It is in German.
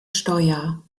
steuer